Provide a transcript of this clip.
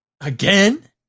Again